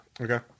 okay